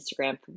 Instagram